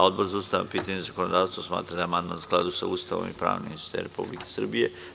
Odbor za ustavna pitanja i zakonodavstvo smatra da je amandman u skladu sa Ustavom i pravnim sistemom Republike Srbije.